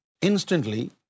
instantly